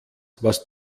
was